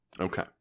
okay